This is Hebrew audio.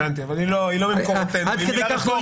הבנתי, אבל היא לא ממקומותינו, היא מילה רפורמית.